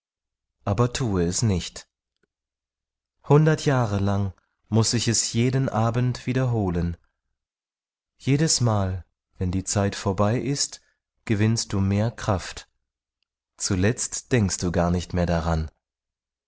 aber thue es nicht hundert jahre lang muß ich es jeden abend wiederholen jedesmal wenn die zeit vorbei ist gewinnst du mehr kraft zuletzt denkst du gar nicht mehr daran